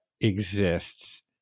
exists